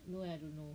no eh I don't know